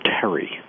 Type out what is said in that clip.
Terry